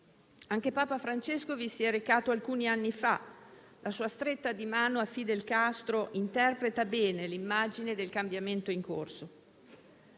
Anche Papa Francesco vi si è recato alcuni anni fa. La sua stretta di mano a Fidel Castro interpreta bene l'immagine del cambiamento in corso.